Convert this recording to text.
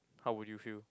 how would you feel